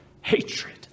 hatred